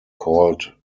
called